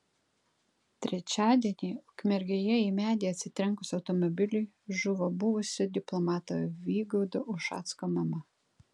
trečiadienį ukmergėje į medį atsitrenkus automobiliui žuvo buvusio diplomato vygaudo ušacko mama